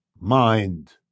mind